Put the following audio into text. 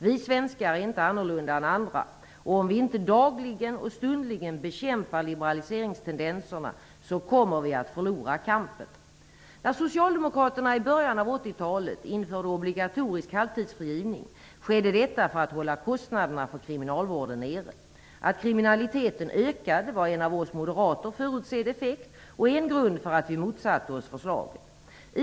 Vi svenskar är inte annorlunda än andra, och om vi inte dagligen och stundligen bekämpar liberaliseringstendenserna så kommer vi att förlora kampen. När Socialdemokraterna i början av 1980-talet införde obligatorisk halvtidsfrigivning skedde detta för att hålla kostnaderna för kriminalvården nere. Att kriminaliteten ökade var en av oss moderater förutsedd effekt och en grund för att vi motsatte oss förslaget.